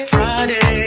Friday